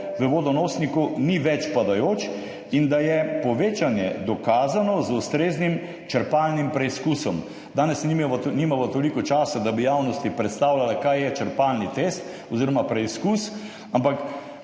v vodonosniku ni več padajoč in da je povečanje dokazano z ustreznim črpalnim preizkusom.« Danes nimava toliko časa, da bi javnosti predstavljala, kaj je črpalni test oziroma preizkus, ampak